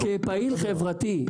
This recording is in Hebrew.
כפעיל חברתי,